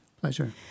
pleasure